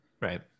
Right